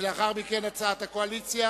ולאחר מכן נצביע על הצעת הקואליציה,